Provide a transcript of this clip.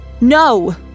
No